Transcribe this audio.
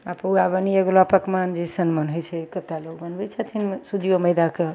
आओर पुआ बनिये गेलौ आओर पकवान जइसन मोन होइ छै कते लोग बनबय छथिन सुजियो मैदाके